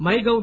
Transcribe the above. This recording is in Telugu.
my gov